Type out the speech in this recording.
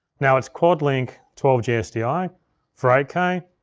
now it's quad link twelve g sdi for eight k,